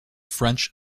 french